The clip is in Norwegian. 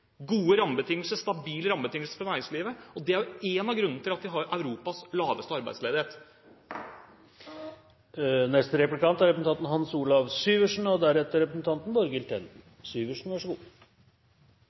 gode, stabile rammebetingelser for næringslivet. Det er en av grunnene til at vi har Europas laveste arbeidsledighet. Representanten Micaelsen sa at et godt budsjett er